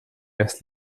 das